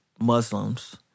Muslims